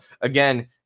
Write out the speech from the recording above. again